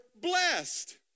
blessed